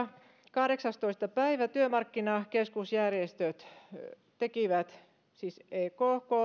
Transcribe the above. kahdeksastoista päivä työmarkkinakeskusjärjestöt siis ek